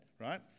right